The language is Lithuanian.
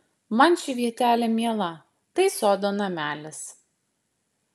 man ši vietelė miela tai sodo namelis